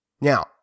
Now